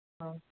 औ